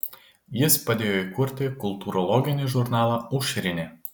jis padėjo įkurti kultūrologinį žurnalą aušrinė